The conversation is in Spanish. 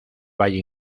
valle